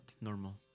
normal